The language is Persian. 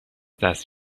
دست